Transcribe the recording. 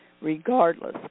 regardless